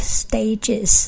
stages